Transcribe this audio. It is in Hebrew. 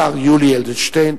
השר יולי אדלשטיין.